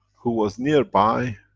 who was nearby,